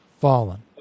Fallen